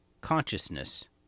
Consciousness